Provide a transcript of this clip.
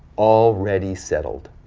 already settled,